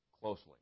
closely